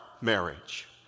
marriage